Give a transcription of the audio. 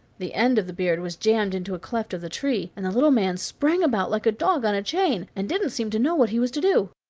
the end of the beard was jammed into a cleft of the tree, and the little man sprang about like a dog on a chain, and didn't seem to know what he was to do.